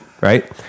right